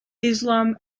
islam